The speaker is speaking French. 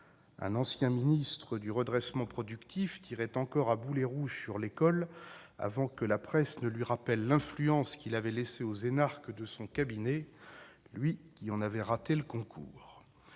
Un ancien ministre du redressement productif tirait encore récemment à boulets rouges sur l'école, avant que la presse ne lui rappelle l'influence qu'il avait laissée aux énarques de son cabinet, lui qui avait raté le concours